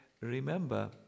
remember